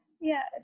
Yes